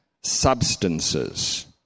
substances